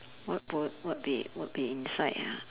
what would what be what be inside ah